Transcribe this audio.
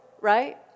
right